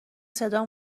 صدا